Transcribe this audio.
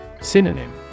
Synonym